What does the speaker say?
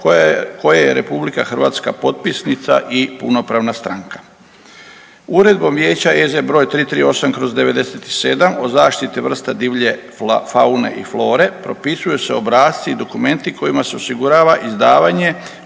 koje je RH potpisnica i punopravna stranka. Uredbom Vijeća EZ br. 338/97 o zaštiti vrsta divlje faune i flore propisuju se obrasci i dokumenti kojima se osigurava izdavanje